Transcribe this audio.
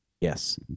Yes